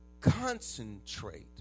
concentrate